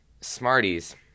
Smarties